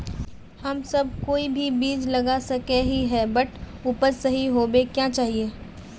हम सब कोई भी बीज लगा सके ही है बट उपज सही होबे क्याँ चाहिए?